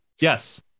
Yes